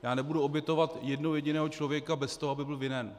Já nebudu obětovat jednoho jediného člověka bez toho, aby byl vinen.